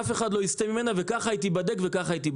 אף אחד לא יסטה ממנה וכך היא תיבדק ותיבחן.